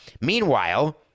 Meanwhile